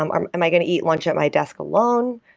um um am i going to eat lunch at my desk alone,